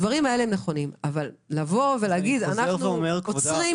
הדברים האלה נכונים אבל לבוא ולהגיד שאנחנו עוצרים?